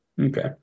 Okay